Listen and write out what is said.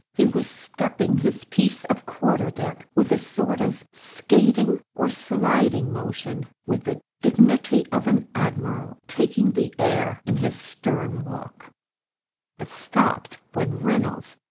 he was stepping his piece of quarter-deck with a sort of skating or sliding motion with the dignity of an admiral taking the air in his stem-walk, but stopped when reynolds,